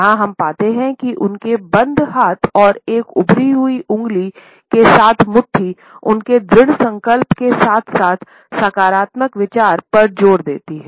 यहाँ हम पाते हैं कि उनके बंद हाथ और एक उभरी हुई उंगली के साथ मुट्ठी उनके दृढ़ संकल्प के साथ साथ सकारात्मक विचार पर जोर देती हैं